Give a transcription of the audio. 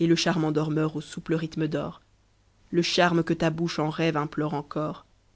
et le charme endormeur aux souples rythmes d'or le charme que ta bouche en rêve implore encor